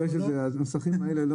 הנוסחים האלה.